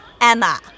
Emma